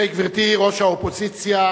גברתי ראש האופוזיציה